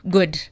Good